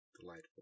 Delightful